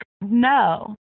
no